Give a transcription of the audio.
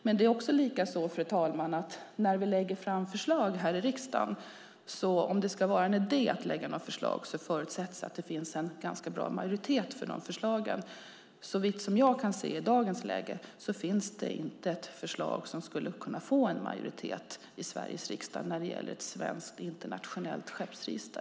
Men det är också så, fru talman, att det om det ska vara någon idé när vi lägger fram förslag i riksdagen förutsätts att det finns en ganska bra majoritet för dessa förslag. Såvitt jag kan se i dagens läge finns det inte ett förslag som skulle kunna få en majoritet i Sveriges riksdag när det gäller ett svenskt internationellt skeppsregister.